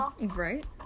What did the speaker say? right